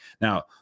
now